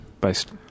based